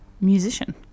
musician